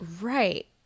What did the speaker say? right